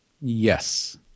Yes